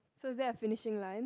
so is there a finishing line